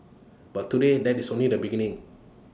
but today that is only the beginning